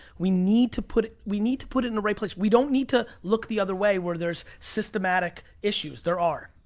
we need to put, we need to put it in the right place. we don't need to look the other way, where there's systematic issues. there are.